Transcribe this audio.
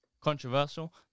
controversial